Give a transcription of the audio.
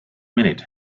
minute